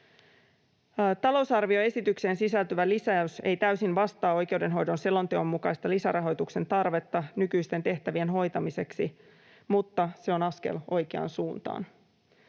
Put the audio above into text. Talousarvioesitykseen sisältyvä lisäys ei täysin vastaa oikeudenhoidon selonteon mukaista lisärahoituksen tarvetta nykyisten tehtävien hoitamiseksi, mutta se on askel oikeaan suuntaan.